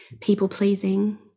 People-pleasing